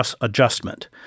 adjustment